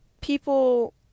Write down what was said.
people